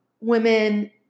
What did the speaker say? women